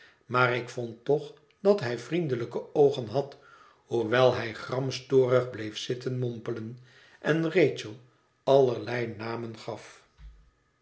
maar ik vond toch dat hij vriendelijke oogen had hoewel hij gramstorig bleef zitten mompelen en rachel allerlei namen gaf